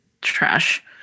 trash